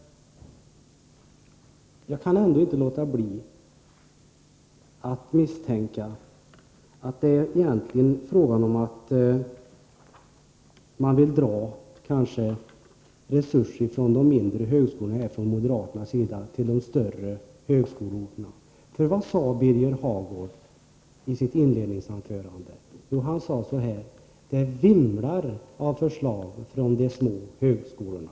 Jag kan inte låta bli att misstänka att moderaterna egentligen vill ta resurser från de mindre högskolorna och ge till de större. Vad sade Birger Hagård i sitt inledningsanförande? Jo, att det vimlar av förslag från de små högskolorna.